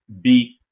beat